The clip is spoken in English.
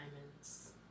diamonds